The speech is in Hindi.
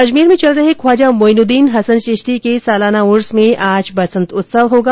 अजमेर में चल रहे ख्वाजा मोईनुद्दीन हसन चिश्ती के सालाना उर्स में आज बसंत उत्सव होगा